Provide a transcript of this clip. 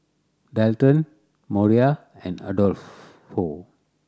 Dalton Moriah and Adolfo